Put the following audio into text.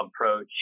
approach